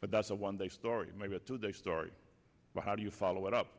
but that's a one day story maybe a two day story but how do you follow it up